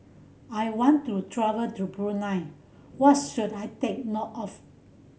I want to travel to Brunei what's should I take note of